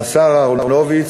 השר אהרונוביץ,